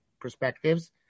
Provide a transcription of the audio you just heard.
perspectives